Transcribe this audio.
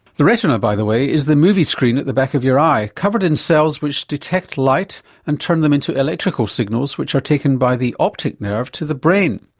the retina by the way is the movie screen at the back of your eye covered in cells which detect light and turn them into electrical signals which are taken by the optic nerve to the brain.